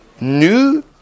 new